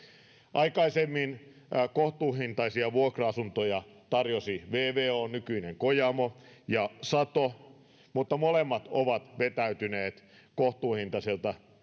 aikaisemmin kohtuuhintaisia vuokra asuntoja tarjosivat vvo nykyinen kojamo ja sato mutta molemmat ovat vetäytyneet kohtuuhintaisilta